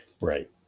Right